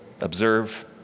observe